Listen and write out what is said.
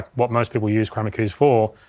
what most people use chroma keys for,